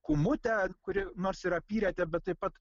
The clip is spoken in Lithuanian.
kūmutę kuri nors ir apyretė bet taip pat